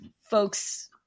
folks